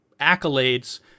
accolades